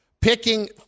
picking